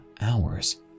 hours